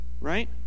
Right